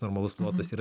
normalus plotas yra